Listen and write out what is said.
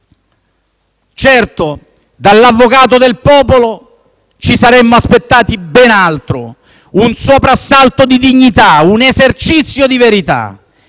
Certo, dall'avvocato del popolo ci saremmo aspettati ben altro: un soprassalto di dignità, un esercizio di verità.